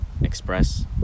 express